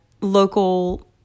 local